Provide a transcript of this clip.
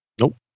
Nope